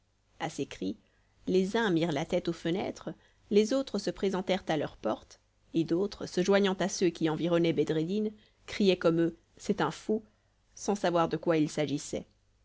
à ces cris les uns mirent la tête aux fenêtres les autres se présentèrent à leurs portes et d'autres se joignant à ceux qui environnaient bedreddin criaient comme eux c'est un fou sans savoir de quoi il s'agissait